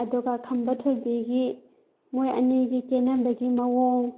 ꯑꯗꯨꯒ ꯈꯝꯕ ꯊꯣꯏꯕꯤꯒꯤ ꯃꯣꯏ ꯑꯅꯤꯒꯤ ꯀꯦꯅꯕꯒꯤ ꯃꯑꯣꯡ